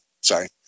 Sorry